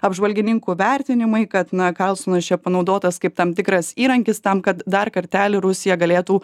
apžvalgininkų vertinimai kad na karlsonas čia panaudotas kaip tam tikras įrankis tam kad dar kartelį rusija galėtų